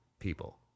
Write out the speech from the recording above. People